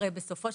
הרי בסופו